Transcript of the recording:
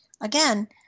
Again